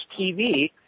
TV